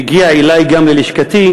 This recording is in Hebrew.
גם הגיע אלי ללשכתי,